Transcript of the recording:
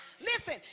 Listen